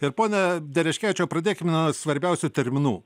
ir pone dereškevičiau pradėkim nuo svarbiausių terminų